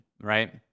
right